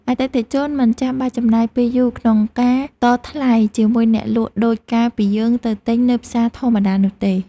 អតិថិជនមិនចាំបាច់ចំណាយពេលយូរក្នុងការតថ្លៃជាមួយអ្នកលក់ដូចកាលពីយើងទៅទិញនៅផ្សារធម្មតានោះទេ។